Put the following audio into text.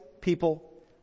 people